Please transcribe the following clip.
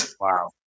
Wow